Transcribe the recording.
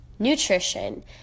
Nutrition